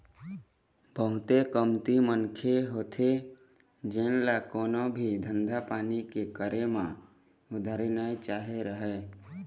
बहुते कमती मनखे होथे जेन ल कोनो भी धंधा पानी के करे म उधारी नइ चाही रहय